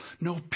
No